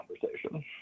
conversation